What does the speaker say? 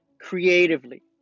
creatively